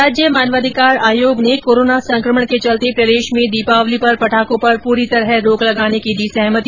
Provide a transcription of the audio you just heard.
राज्य मानवाधिकार आयोग ने कोरोना संकमण के चलते प्रदेश में दीपावली पर पटाखों पर पूरी तरह रोक लगाने पर दी सहमति